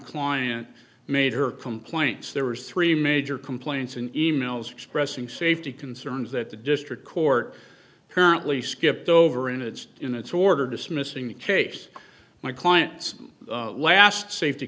client made her complaints there was three major complaints and e mails expressing safety concerns that the district court currently skipped over in its in its order dismissing the case my client's last safety